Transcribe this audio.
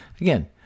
again